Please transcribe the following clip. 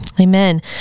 Amen